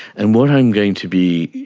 and what i'm going to be,